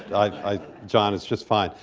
i john, it's just fine.